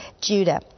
Judah